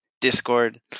Discord